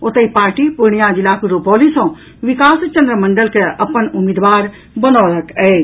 ओतहि पार्टी पूर्णिया जिलाक रूपौली सीट सँ विकास चंद्र मंडल के अपन उम्मीदवार बनौलक अछि